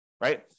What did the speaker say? right